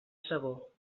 sabor